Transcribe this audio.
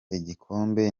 igikombe